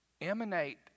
Emanate